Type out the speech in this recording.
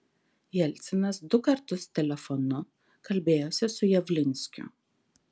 jelcinas du kartus telefonu kalbėjosi su javlinskiu